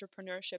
entrepreneurship